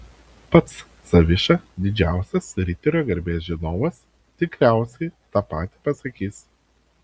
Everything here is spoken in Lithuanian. pats zaviša didžiausias riterio garbės žinovas tikriausiai tą patį pasakys